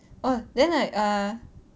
oh then like err